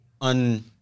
On